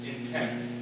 intense